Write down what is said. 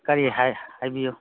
ꯀꯔꯤ ꯍꯥꯏꯕꯤꯌꯨ